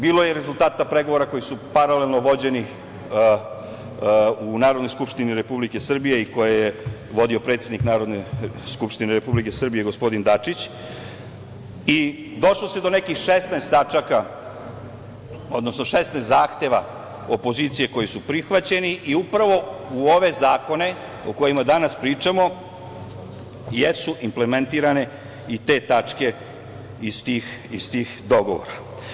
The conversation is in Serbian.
Bilo je rezultata pregovora koji su paralelno vođeni u Narodnoj skupštini Republike Srbije i koje je vodio predsednik Narodne skupštine Republike Srbije gospodin Dačić i došlo se do nekih 16 zahteva opozicije, koju su prihvaćeni, i upravo u ove zakone o kojima danas pričamo jesu implementirane i te tačke iz tih dogovora.